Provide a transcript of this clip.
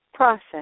Process